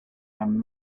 and